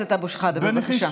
חבר הכנסת אבו שחאדה, בבקשה.